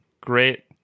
Great